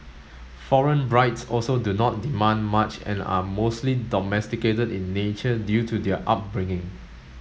foreign brides also do not demand much and are mostly domesticated in nature due to their upbringing